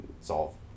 solve